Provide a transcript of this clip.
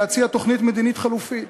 להציע תוכנית מדינית חלופית.